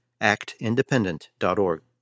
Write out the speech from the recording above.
ActIndependent.org